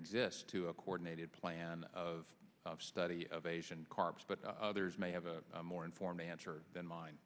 exists to a coordinated plan of study of asian carp but others may have a more informal answer than mine